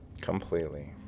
Completely